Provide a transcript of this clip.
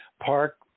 park